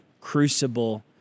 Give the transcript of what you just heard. crucible